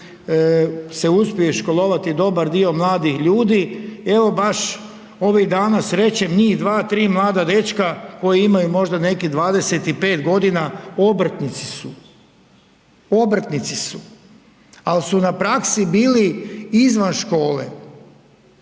se uspije školovati dobar dio mladih ljudi, evo baš ovih dana srećem njih dva, tri mlada dečka koji imaju možda nekih 25 godina obrtnici su, ali su na praksi bili izvan škole,